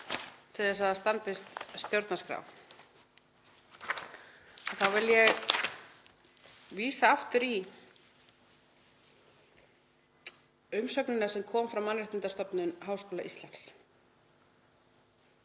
til að það standist stjórnarskrá. Þá vil ég aftur vísa í umsögnina sem kom frá Mannréttindastofnun Háskóla Íslands.